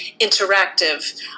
interactive